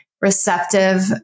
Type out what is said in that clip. receptive